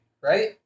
right